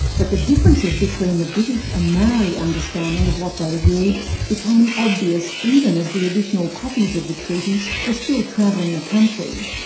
but the differences between the british and maori understanding of what they'd agreed became obvious even as the additional copies of the treaty were still travelling the country.